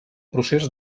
procés